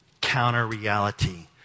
counter-reality